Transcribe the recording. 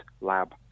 lab